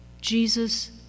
Jesus